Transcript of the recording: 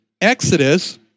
Exodus